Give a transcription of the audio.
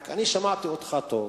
רק אני שמעתי אותך טוב,